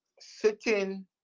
sitting